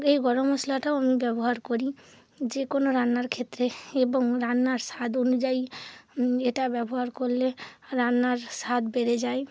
এই গরম মশলাটাও আমি ব্যবহার করি যে কোনো রান্নার ক্ষেত্রে এবং রান্নার স্বাদ অনুযায়ী এটা ব্যবহার করলে রান্নার স্বাদ বেড়ে যায়